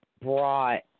brought